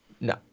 no